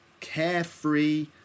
carefree